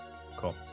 Cool